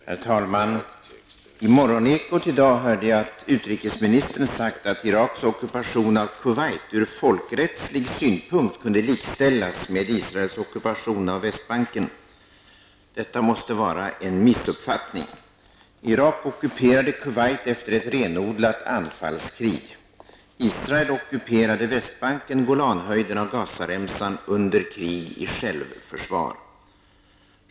Herr talman! I Morgonekot i dag hörde jag att utrikesministern sagt att Iraks ockupation av Kuwait från folkrättslig synpunkt kunde likställas med Israels ockupation av Västbanken. Detta måste vara en missuppfattning. Irak ockuperade Kuwait efter ett renodlat anfallskrig. Israel ockuperade Västbanken, Golanhöjderna och Gazaremsan under krig i självförsvar.